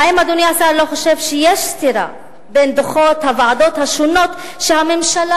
האם אדוני לא חושב שיש סתירה בין דוחות הוועדות השונות שהממשלה